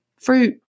fruit